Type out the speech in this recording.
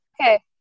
Okay